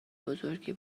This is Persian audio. بزرگی